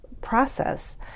process